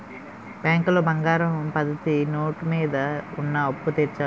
బ్యాంకులో బంగారం పద్ధతి నోటు మీద ఉన్న అప్పు తీర్చాలి